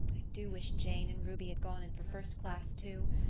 do wish jane and ruby had gone in for first class, too.